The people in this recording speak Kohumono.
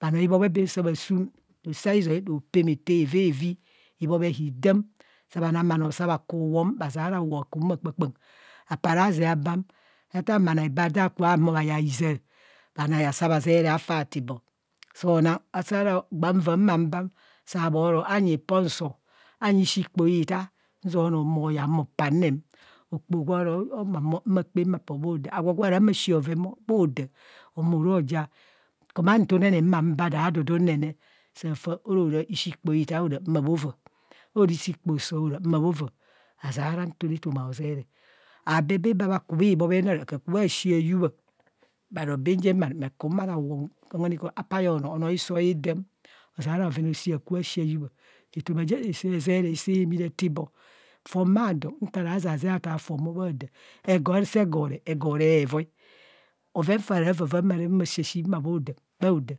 Bhanoo ibhobhe baam saa bha sum rosozai ropema eto evevi ibhobhe hidam saa bha nang bhanoo bhaku bhuwong bhazera bhuwong bhanai bha da ka ma yaa izaa, khanai saa bha zeree aha ribho, so na saa gbạạ vạạ ma bam saa bho ro anyi pon sob, anyi ishii kpaha itaa nzia onoo mo yaa mo paa nẹẹm, okpoho gwa ra humahumo ma kpa ma paa bho daa agwo gwa ra humo ashii bhoven bhọ bho daa. Moro ja kuman tunene ma baa dadadu nene, saa fa arora ishii itaa hora mabho vaa, arora ishii sub hora ma bho vaa, ozeara nto ra etoma ozeree. Abe bạạ baa kha ku bhibho bhe bhakeka shii bhayubya, bhanoo benjen bhakum ara bhuwong, apaa ye onoo, onoo hiso na edam ozeera bhoven ashii hakubha shii ayubha. Etoma see zeree see mii etibho fon bha don nta ra zaze ataa fon mo bho do, asaa ego hore, ego hore ego hore hevai bhoven fa ra vavaa ma re, ma shashii ma bho dam mohaoda.